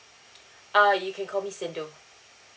err you can call me sindu